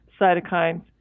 cytokines